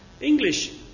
English